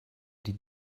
die